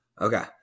Okay